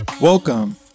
Welcome